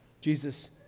Jesus